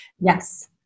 Yes